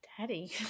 Daddy